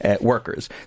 workers